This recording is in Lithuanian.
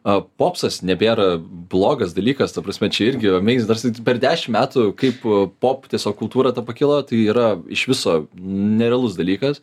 a popsas nebėra blogas dalykas ta prasme čia irgi ramiais ta prasme per dešimt metų kaip u pop tiesiog kultūra ta pakilo tai yra iš viso nerealus dalykas